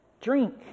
drink